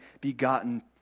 begotten